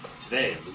today